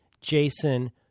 jason